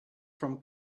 from